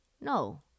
No